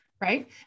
Right